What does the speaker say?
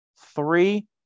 Three